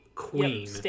Queen